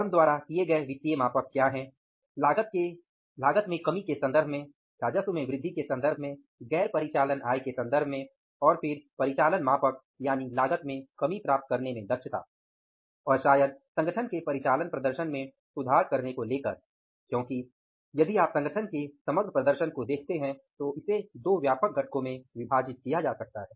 firm द्वारा लिए गए वित्तीय मापक क्या है लागत में कमी के संदर्भ में राजस्व में वृद्धि के संदर्भ में गैर परिचालन आय के संदर्भ में और फिर परिचालन मापक यानि लागत में कमी प्राप्त करने में दक्षता और शायद संगठन के परिचालन प्रदर्शन में सुधार करने को लेकर क्योंकि यदि आप संगठन के समग्र प्रदर्शन को देखते हैं तो इसे दो व्यापक घटकों में विभाजित किया जा सकता है